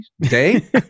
day